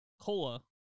cola